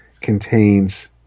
contains